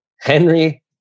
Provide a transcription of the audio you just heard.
Henry